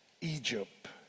Egypt